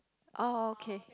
oh okay